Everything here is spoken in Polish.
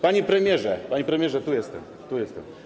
Panie premierze, panie premierze, tu jestem, tu jestem.